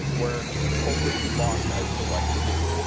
were hopelessly lost as to what to do,